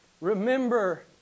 Remember